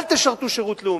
אל תשרתו שירות לאומי.